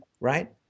right